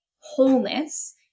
wholeness